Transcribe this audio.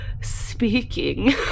speaking